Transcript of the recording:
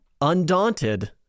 Undaunted